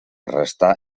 restà